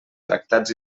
tractats